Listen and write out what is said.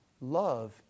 Love